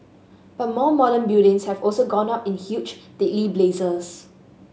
but more modern buildings have also gone up in huge deadly blazes